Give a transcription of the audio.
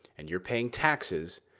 and you're paying taxes,